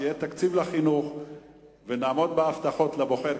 שיהיה תקציב לחינוך ונעמוד בהבטחות לבוחר,